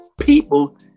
people